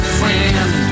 friend